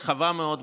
רחבה מאוד,